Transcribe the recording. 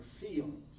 feelings